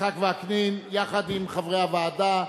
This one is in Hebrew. יצחק וקנין, יחד עם חברי הוועדה,